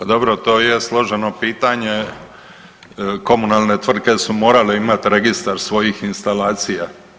Pa dobro to je složeno pitanje, komunalne tvrtke su morale imati registar svojih instalacija.